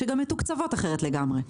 והן גם מתוקצבות אחרת לגמרי.